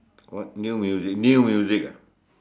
what new music new music ah